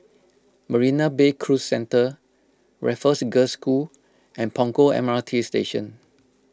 Marina Bay Cruise Centre Raffles Girls' School and Punggol M R T Station